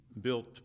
built